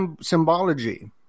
symbology